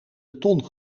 beton